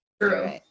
True